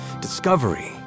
discovery